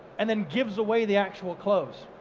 and then gives away the actual clothes